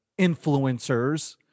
influencers